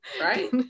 Right